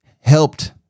helped